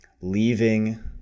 leaving